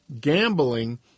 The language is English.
gambling